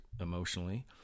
emotionally